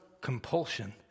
compulsion